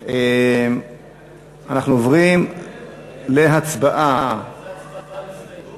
של חברי הכנסת אורי מקלב,